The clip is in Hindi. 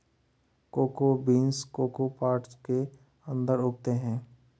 कोको बीन्स कोको पॉट्स के अंदर उगते हैं